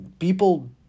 People